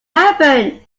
happened